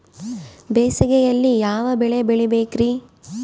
ಬೇಸಿಗೆಯಲ್ಲಿ ಯಾವ ಬೆಳೆ ಬೆಳಿಬೇಕ್ರಿ?